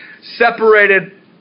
separated